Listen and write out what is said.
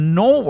no